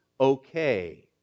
okay